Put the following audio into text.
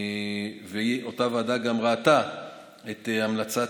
אותה ועדה גם ראתה את המלצת,